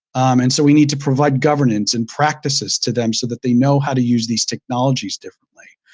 and so, we need to provide governance and practices to them so that they know how to use these technologies differently.